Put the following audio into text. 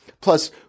plus